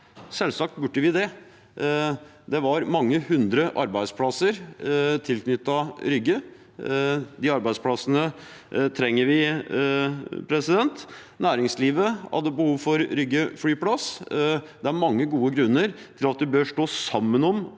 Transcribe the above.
Selvsagt burde vi det. Det var mange hundre arbeidsplasser tilknyttet Rygge. De arbeidsplassene trenger vi. Næringslivet hadde behov for Rygge flyplass. Det er mange gode grunner til at vi bør stå sammen om